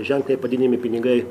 ženkliai padidinami pinigai